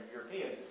European